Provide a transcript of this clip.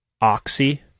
Oxy